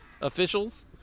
officials